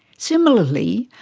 similarly,